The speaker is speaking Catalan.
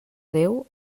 déu